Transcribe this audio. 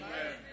Amen